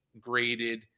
graded